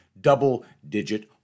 double-digit